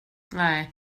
nej